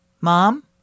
Mom